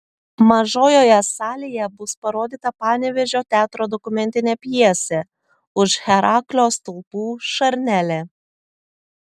mažojoje salėje bus parodyta panevėžio teatro dokumentinė pjesė už heraklio stulpų šarnelė